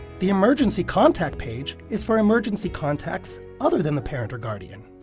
the emergency contact page is for emergency contacts other than the parent or guardian.